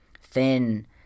Thin